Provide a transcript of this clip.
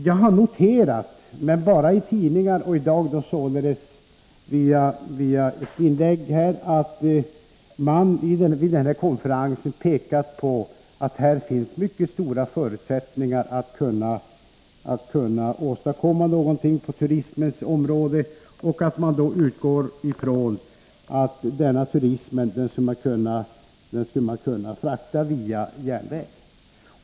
Jag har noterat — men bara i tidningar och i dag i inlägg här i kammaren — att man vid den här konferensen har pekat på att här finns mycket stora förutsättningar för att åstadkomma någonting på turismens område och att man då utgår ifrån att turistströmmen skulle kunna gå via järnväg.